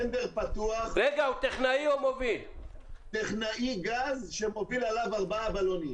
הוא טכנאי גז שמוביל ארבעה בלונים.